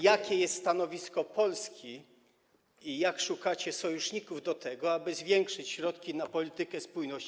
Jakie jest stanowisko Polski i jak szukacie sojuszników co do tego, aby zwiększyć środki na politykę spójności?